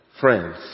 friends